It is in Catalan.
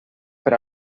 per